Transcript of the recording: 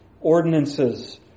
ordinances